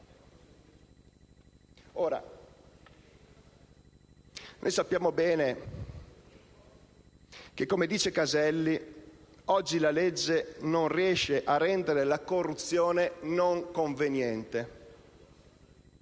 finestra. Sappiamo bene - come dice Caselli - che oggi la legge non riesce a rendere la corruzione non conveniente.